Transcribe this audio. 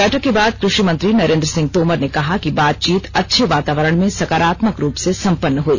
बैठक के बाद कृ षि मंत्री नरेन्द्र सिंह तोमर ने कहा कि बातचीत अच्छे वातावरण में सकारात्मक रूप से संपन्न हई